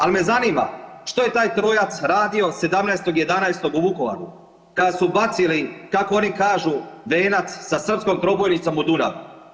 Ali me zanima, što je taj trojac radio 17.11. u Vukovaru kad su bacili, kako oni kažu „venac sa srpskom trobojnicom“ u Dunav?